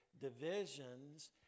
divisions